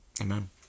Amen